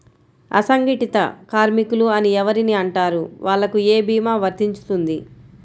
అసంగటిత కార్మికులు అని ఎవరిని అంటారు? వాళ్లకు ఏ భీమా వర్తించుతుంది?